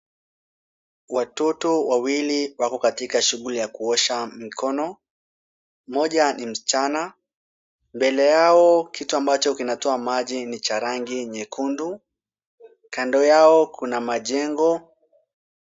Watoto wawili wako katika shughuli ya kuosha mikono. Mmoja ni msichana. Mbele yao kitu ambacho kinatoa maji ni cha rangi nyekundu. Kando yao kuna majengo.